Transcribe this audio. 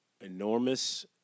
enormous